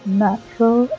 natural